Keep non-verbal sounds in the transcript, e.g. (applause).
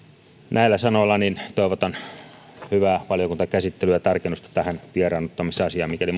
näillä sanoilla toivotan hyvää valiokuntakäsittelyä ja tarkennusta tähän vieraannuttamisasiaan mikäli (unintelligible)